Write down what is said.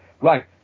right